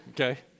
Okay